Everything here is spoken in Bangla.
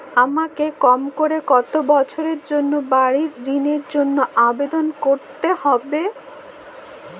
আমাকে কম করে কতো বছরের জন্য বাড়ীর ঋণের জন্য আবেদন করতে হবে?